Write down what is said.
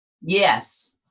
Yes